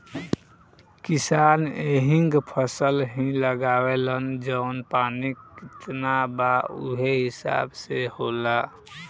किसान एहींग फसल ही लगावेलन जवन पानी कितना बा उहे हिसाब से होला